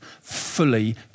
fully